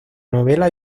novela